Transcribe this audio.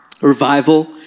Revival